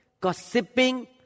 gossiping